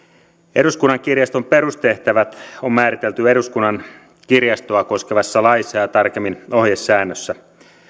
eduskunnan kirjaston perustehtävät on määritelty eduskunnan kirjastoa koskevassa laissa ja tarkemmin ohjesäännössä